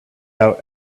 out